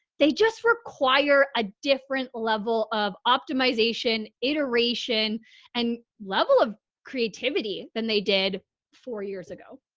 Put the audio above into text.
they just require a different level of optimization, iteration and level of creativity than they did four years ago.